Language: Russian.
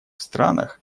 странах